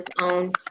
own